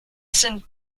sind